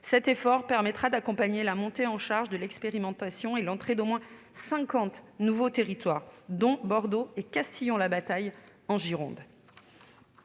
Cet effort permettra d'accompagner la montée en charge de l'expérimentation, étendue à cinquante nouveaux territoires au moins, dont Bordeaux et Castillon-la-Bataille, en Gironde.